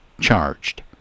charged